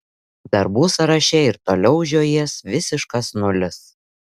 darbų sąraše ir toliau žiojės visiškas nulis